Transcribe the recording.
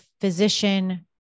physician